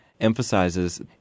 emphasizes